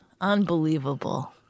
Unbelievable